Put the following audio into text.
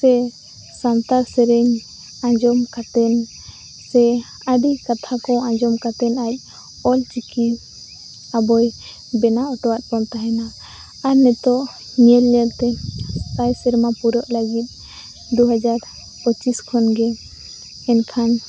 ᱥᱮ ᱥᱟᱱᱛᱟᱲ ᱥᱮᱨᱮᱧ ᱟᱸᱡᱚᱢ ᱠᱟᱛᱮᱱ ᱥᱮ ᱟᱹᱰᱤ ᱠᱟᱛᱷᱟᱠᱚ ᱟᱸᱡᱚᱢ ᱠᱟᱛᱮᱱ ᱟᱡ ᱚᱞ ᱪᱤᱠᱤ ᱟᱵᱚᱭ ᱵᱮᱱᱟᱣ ᱚᱴᱚᱣᱟᱫᱵᱚᱱ ᱛᱮᱦᱮᱱᱟ ᱟᱨ ᱱᱤᱛᱚᱜ ᱧᱮᱞ ᱧᱮᱞᱛᱮ ᱥᱟᱭ ᱥᱮᱨᱢᱟ ᱯᱩᱨᱟᱹᱜ ᱞᱟᱹᱜᱤᱫ ᱫᱩ ᱦᱟᱡᱟᱨ ᱯᱚᱪᱤᱥ ᱠᱷᱚᱱᱜᱮ ᱮᱱᱠᱷᱟᱱ